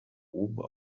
oben